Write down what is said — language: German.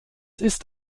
ist